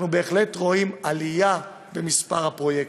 אנחנו בהחלט רואים עלייה במספר הפרויקטים.